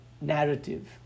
narrative